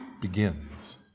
begins